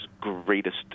greatest